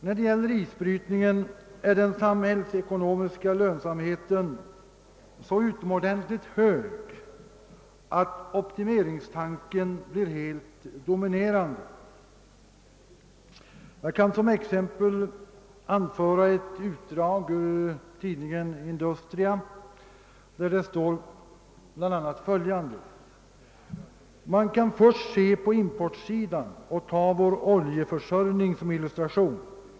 När det gäller isbrytningen är den samhällsekonomiska lönsamheten så utomordentligt hög att optimeringstanken blir helt dominerande. Jag kan som exempel anföra ett utdrag ur tidningen Industria där det står bl.a. följande: »Man kan först se på importsidan och ta vår oljeförsörjning som illustration.